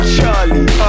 Charlie